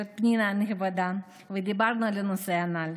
הגברת פנינה הנכבדה, ודיברנו על הנושא הזה.